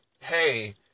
hey